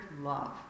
love